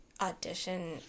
audition